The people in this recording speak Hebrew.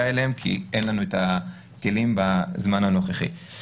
אליהם כי אין לנו את הכלים בזמן הנוכחי.